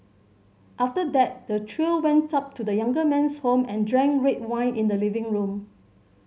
after that the trio went up to the younger man's home and drank red wine in the living room